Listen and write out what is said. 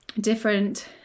Different